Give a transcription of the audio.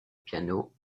piano